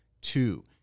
Two